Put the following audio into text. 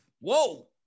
Whoa